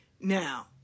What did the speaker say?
Now